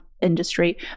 industry